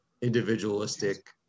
individualistic